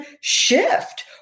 shift